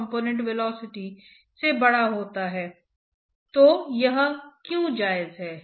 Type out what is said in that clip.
हमें बाद में दिखाया जाएगा कि ऐसा क्यों है